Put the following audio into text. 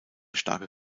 starke